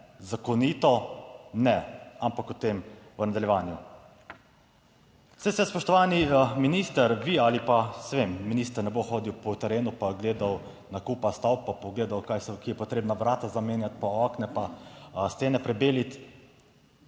Zakonito? Ne. Ampak o tem v nadaljevanju. Saj se, spoštovani minister, vi ali pa, saj vem, minister ne bo hodil po terenu pa gledal nakupa stavb pa pogledal kaj so, kje je potrebna vrata zamenjati pa okna pa stene prebeliti...